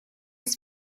ist